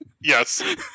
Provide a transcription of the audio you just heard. Yes